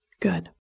Good